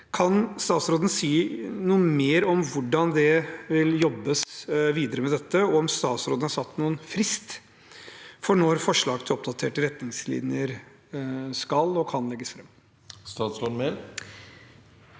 Kan statsråden si noe mer om hvordan det jobbes videre med dette, og om statsråden har satt noen frist for når forslag til oppdaterte retningslinjer skal og kan legges fram? Statsråd